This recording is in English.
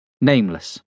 nameless